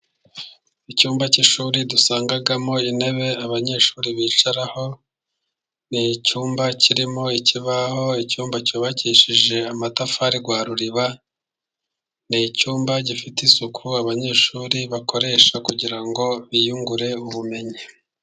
Icyumba cy'ishuri dusangamo intebe abanyeshuri bicaraho, n'icyumba kirimo ikibaho, icyumba cyubakishije amatafari rwaruriba, nicyumba gifite isuku abanyeshuri bakoresha kugirango biyungure ubumenyi.